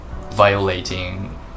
violating